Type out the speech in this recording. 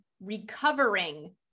recovering